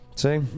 See